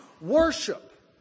Worship